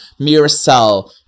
Miracell